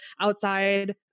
outside